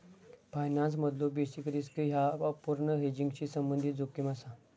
फायनान्समधलो basis risk ह्या अपूर्ण हेजिंगशी संबंधित जोखीम असा